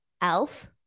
Elf